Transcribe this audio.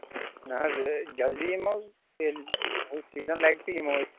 نہ حظ جلدی یِمو ییٚلہِ ہُہ سیٖزَن لَگہِ تہٕ یِمو أسۍ